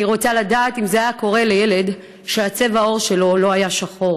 אני רוצה לדעת אם זה היה קורה לילד שצבע העור שלו לא שחור.